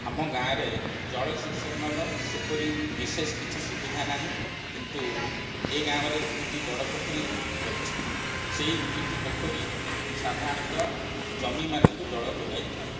ଆମ ଗାଁରେ ଜଳସେଚନର ସେପରି ବିଶେଷ କିଛି ସୁବିଧା ନାହିଁ କିନ୍ତୁ ଏଇ ଗାଁରେ ଦୁଇଟି ବଡ଼ ପୋଖରୀ ରହିଛି ସେଇ ଦୁଇଟି ପୋଖରୀ ସାଧାରଣତଃ ଜମିମାନଙ୍କୁ ଜଳ ଯୋଗାଇଥାଏ